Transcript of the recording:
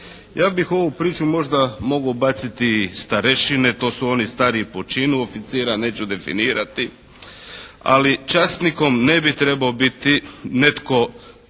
Ja bih ovu priču možda mogao ubaciti starešine, to su oni stariji po činu oficira, neću definirati, ali časnikom ne bi trebao biti netko